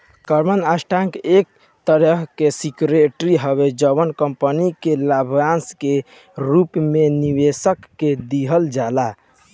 common stock एक तरीका के सिक्योरिटी हवे जवन कंपनी के लाभांश के रूप में निवेशक के दिहल जाला